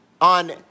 on